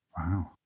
Wow